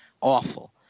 awful